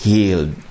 Healed